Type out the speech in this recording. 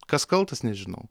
kas kaltas nežinau